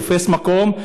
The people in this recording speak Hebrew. תופס מקום,